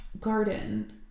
garden